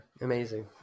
amazing